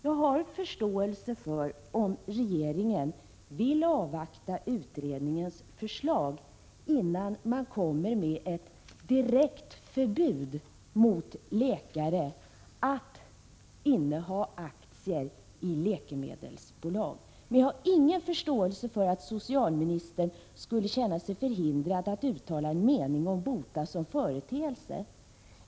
Jag har förståelse för om regeringen vill avvakta utredningens förslag innan man föreslår ett direkt förbud för läkare att inneha aktier i läkemedelsbolag. Men jag har ingen förståelse för att socialministern skulle känna sig förhindrad att uttala en mening om BOTA som företeelse.